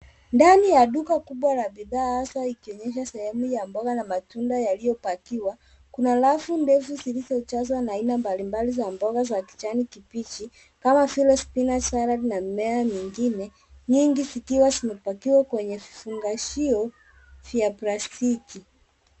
Ndani ya duka kubwa la bidhaa hasa ikionyesha sehemu ya mboga na matunda yaliyopakiwa. Kuna rafu ndefu zilizojazwa na aina mbali mbali za mboga za kijani kibichi, kama vile, spinach, salad na mimea mingine, nyingi zikiwa zimepakiwa kwenye vifungashio vya plastiki.